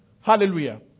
Hallelujah